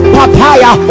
Papaya